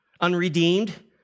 unredeemed